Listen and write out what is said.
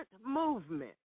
Movement